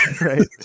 right